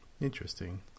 interesting